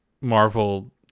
Marvel